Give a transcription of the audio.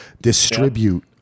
distribute